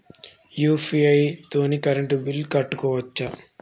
UPI తోని current bill కట్టుకోవచ్ఛా?